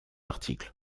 article